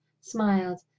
smiled